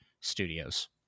Studios